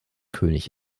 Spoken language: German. könig